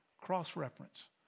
Cross-reference